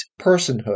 personhood